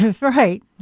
right